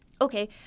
okay